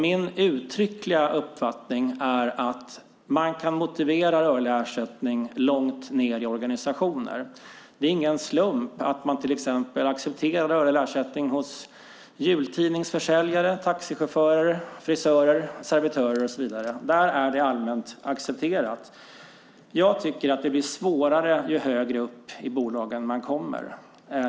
Min uttryckliga uppfattning är att man kan motivera rörlig ersättning långt ned i organisationer. Det är ingen slump att man till exempel accepterar rörlig ersättning hos jultidningsförsäljare, taxichaufförer, frisörer, servitörer och så vidare. Där är det allmänt accepterat. Jag tycker att det blir svårare ju högre upp i bolagen man kommer.